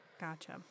Gotcha